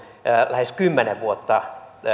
lähes kymmenen vuotta